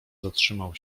zatrzymał